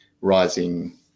rising